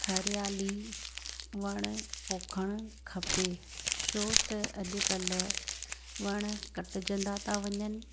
हरियाली वणु पोख़ण खपे छो त अॼुकल्ह वणु कटिजंदा त वञनि